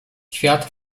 świat